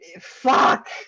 fuck